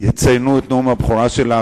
יציינו את נאום הבכורה שלה